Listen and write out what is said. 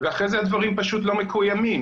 ואחרי זה הדברים פשוט לא מקוימים.